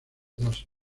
dos